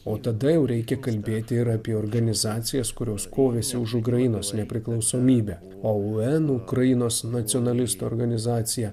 o tada jau reikia kalbėti ir apie organizacijas kurios kovėsi už ukrainos nepriklausomybę oun ukrainos nacionalistų organizacija